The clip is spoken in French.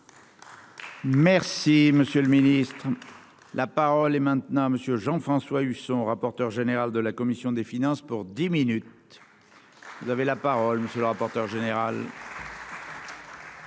Merci, monsieur le Ministre. La parole est maintenant Monsieur Jean-François Husson, rapporteur général de la commission des finances pour dix minutes, vous avez la parole monsieur le rapporteur général.